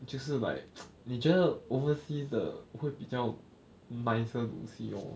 就是 like 你觉得 oversea 的会 nicer 东西 lor